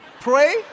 Pray